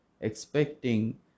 expecting